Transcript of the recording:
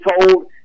told